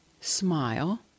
smile